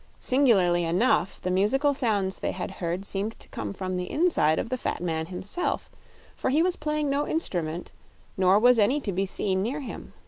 singularly enough, the musical sounds they had heard seemed to come from the inside of the fat man himself for he was playing no instrument nor was any to be seen near him.